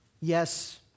yes